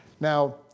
Now